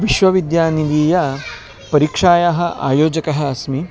विश्वविद्यानिधीयपरीक्षायाः आयोजकः अस्मि